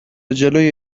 جلوی